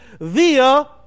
via